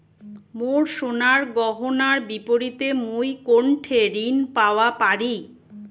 মোর সোনার গয়নার বিপরীতে মুই কোনঠে ঋণ পাওয়া পারি?